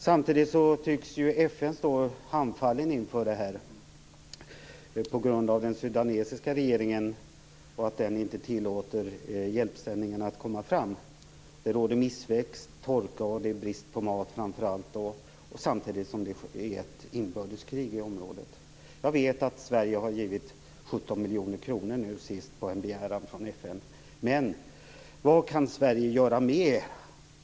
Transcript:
Samtidigt tycks FN stå handfallet inför detta på grund av den sudanesiska regeringen och dess ovilja att låta hjälpsändningarna att komma fram. Det råder missväxt, torka och framför allt brist på mat, samtidigt som det pågår ett inbördeskrig i området. Jag vet att Sverige nu har givit 17 miljoner kronor på begäran från FN, men vad kan Sverige göra mer?